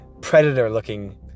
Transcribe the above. predator-looking